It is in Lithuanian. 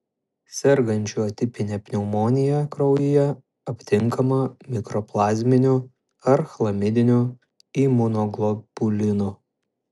sergančių atipine pneumonija kraujyje aptinkama mikoplazminių ar chlamidinių imunoglobulinų